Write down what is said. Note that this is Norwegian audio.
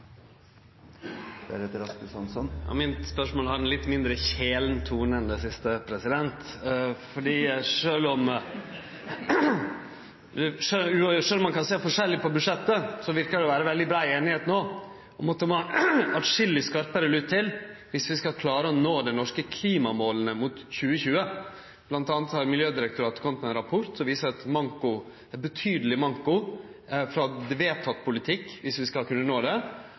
Mitt spørsmål har ein litt mindre kjælen tone enn det siste, for sjølv om ein kan sjå forskjellig på budsjettet, verkar det å vere veldig brei einigheit no om at det må mykje skarpare lut til viss vi skal klare å nå dei norske klimamåla mot 2020. Blant anna har Miljødirektoratet kome med ein rapport som viser ein betydeleg manko i vedteken politikk viss vi skal kunne nå måla, og ei rekkje representantar frå regjeringa har sagt at det